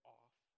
off